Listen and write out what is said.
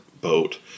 boat